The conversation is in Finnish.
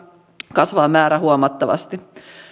kasvaa määrä huomattavasti